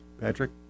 Patrick